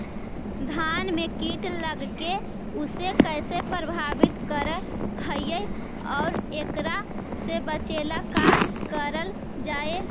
धान में कीट लगके उसे कैसे प्रभावित कर हई और एकरा से बचेला का करल जाए?